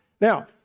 Now